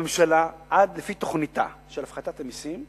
הממשלה, לפי תוכניתה להפחתת המסים,